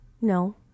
No